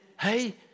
Hey